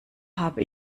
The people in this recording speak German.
habe